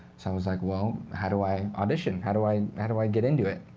so i was like, well, how do i audition? how do i yeah do i get into it?